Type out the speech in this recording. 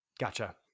Gotcha